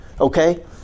Okay